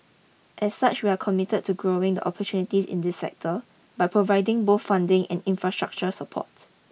as such we are committed to growing the opportunities in this sector by providing both funding and infrastructure support